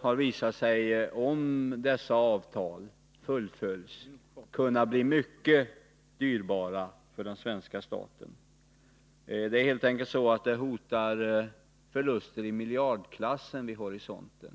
har visat sig att de, om de fullföljs, kan bli mycket dyrbara för svenska staten. Det är helt enkelt så att förluster i miljardklassen hotar vid horisonten.